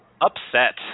Upset